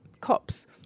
cops